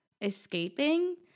escaping